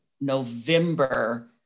November